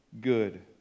good